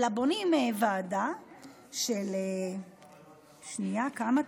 אלא בונים ועדה של, כמה?